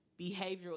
behavioral